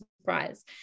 surprise